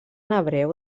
hebreu